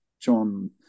John